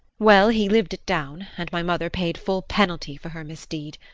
well, he lived it down and my mother paid full penalty for her misdeed.